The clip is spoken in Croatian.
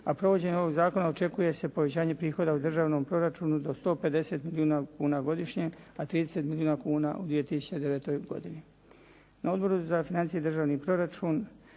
a provođenjem ovog zakona očekuje se povećanje prihoda u državnom proračunu do 150 milijuna kuna godišnje, a 30 milijuna kuna u 2009. godini. Na Odboru za financije i državni proračun